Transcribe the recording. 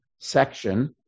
section